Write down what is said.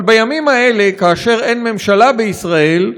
אבל בימים האלה, כאשר אין ממשלה בישראל,